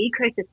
ecosystem